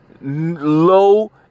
low